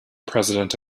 president